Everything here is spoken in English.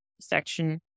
section